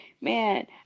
Man